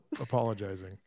apologizing